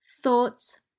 thoughts